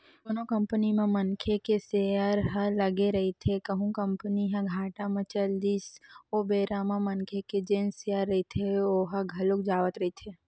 कोनो कंपनी म मनखे के सेयर ह लगे रहिथे कहूं कंपनी ह घाटा म चल दिस ओ बेरा म मनखे के जेन सेयर रहिथे ओहा घलोक जावत रहिथे